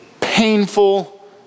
painful